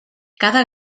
cada